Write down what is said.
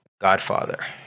Godfather